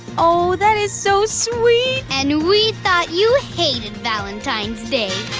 oh, that is so sweet! and we thought you hated valentine's day.